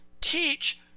teach